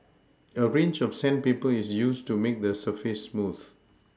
a range of sandpaper is used to make the surface smooth